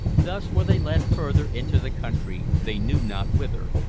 thus were they led further into the country, they knew not whither,